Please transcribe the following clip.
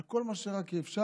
על כל מה שרק אפשר,